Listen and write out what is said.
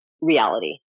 reality